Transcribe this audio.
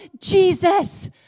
Jesus